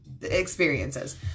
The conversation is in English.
experiences